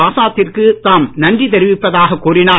ஆசாத்திற்கு தாம் நன்றி தெரிவிப்பதாக கூறினார்